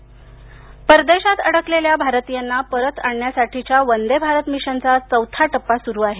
वदेभारत परदेशात अडकलेल्या भारतीयांना परत आणण्यासाठीच्या वंदे भारत मिशनचा चौथा टप्पा सुरू आहे